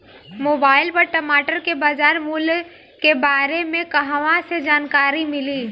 Mobile पर टमाटर के बजार मूल्य के बारे मे कहवा से जानकारी मिली?